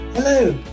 Hello